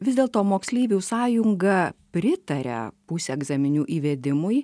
vis dėlto moksleivių sąjunga pritaria pusę egzaminų įvedimui